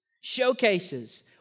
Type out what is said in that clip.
showcases